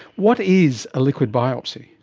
what is a liquid biopsy?